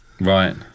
right